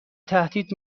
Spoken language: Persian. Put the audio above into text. تهدید